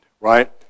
Right